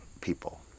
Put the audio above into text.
people